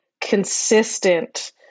consistent